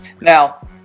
Now